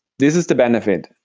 this is the benefit.